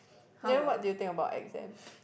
then what do you think about exams